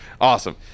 awesome